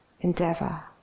endeavor